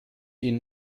ihnen